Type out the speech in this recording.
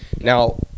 now